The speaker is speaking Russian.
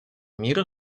мир